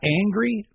angry